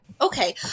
Okay